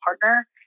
partner